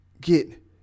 get